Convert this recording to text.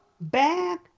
back